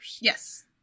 Yes